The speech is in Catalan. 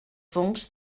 fongs